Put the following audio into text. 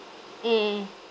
mm